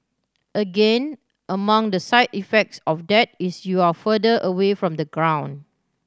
again among the side effects of that is you're further away from the ground